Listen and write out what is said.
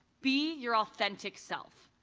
be your authentic self.